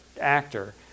actor